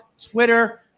Twitter